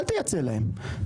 אל תייצא להם,